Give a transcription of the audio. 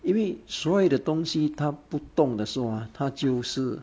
因为所有的东西它不动的时候 ah 它就是